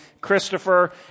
Christopher